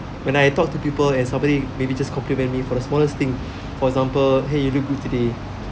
when I talk to people and somebody maybe just compliment me for the smallest thing for example !hey! you look good today